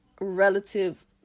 relative